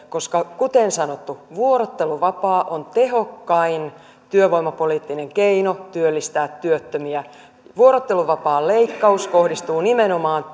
koska kuten sanottu vuorotteluvapaa on tehokkain työvoimapoliittinen keino työllistää työttömiä vuorotteluvapaan leikkaus kohdistuu nimenomaan